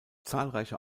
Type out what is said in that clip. zahlreiche